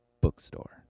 bookstore